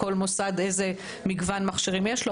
בכול מוסד איזה מגוון מכשירים יש לו.